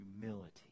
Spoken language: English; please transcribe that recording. Humility